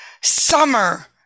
summer